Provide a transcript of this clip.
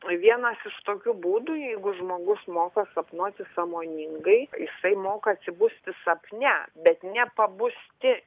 vienas iš tokių būdų jeigu žmogus moka sapnuoti sąmoningai jisai moka atsibusti sapne bet nepabusti